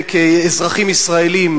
כאזרחים ישראלים,